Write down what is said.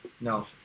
No